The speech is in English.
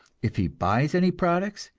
if he buys any products,